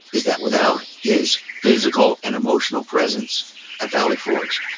is that without his physical and emotional presence at valley forge,